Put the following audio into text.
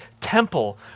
temple